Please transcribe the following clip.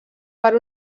per